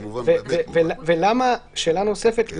שאלה נוספת.